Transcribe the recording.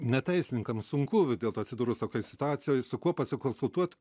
neteisininkams sunku vis dėlto atsidūrus tokioj situacijoj su kuo pasikonsultuot